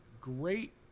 great